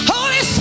Holy